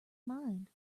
mind